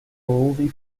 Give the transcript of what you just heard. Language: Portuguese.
ouvem